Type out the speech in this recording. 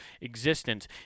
existence